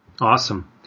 Awesome